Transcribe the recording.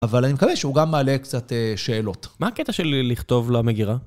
אבל אני מקווה שהוא גם מעלה קצת שאלות. מה הקטע של לכתוב למגירה?